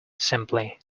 simply